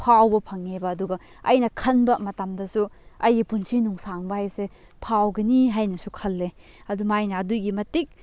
ꯐꯥꯎꯕ ꯐꯪꯉꯦꯕ ꯑꯗꯨꯒ ꯑꯩꯅ ꯈꯟꯕ ꯃꯇꯝꯗꯁꯨ ꯑꯩꯒꯤ ꯄꯨꯟꯁꯤ ꯅꯨꯡꯁꯥꯡꯕ ꯍꯥꯏꯁꯦ ꯐꯥꯎꯒꯅꯤ ꯍꯥꯏꯅꯁꯨ ꯈꯜꯂꯦ ꯑꯗꯨꯃꯥꯏꯅ ꯑꯗꯨꯒꯤꯃꯇꯤꯛ